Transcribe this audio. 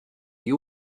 you